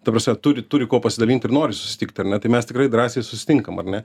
ta prasme turi turi kuo pasidalinti ir nori susitikt ar ne tai mes tikrai drąsiai susitinkam ar ne